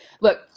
Look